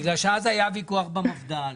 בגלל שאז היה ויכוח במפד"ל,